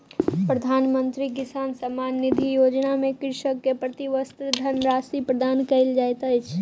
प्रधानमंत्री किसान सम्मान निधि योजना में कृषक के प्रति वर्ष धनराशि प्रदान कयल जाइत अछि